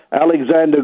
Alexander